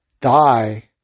die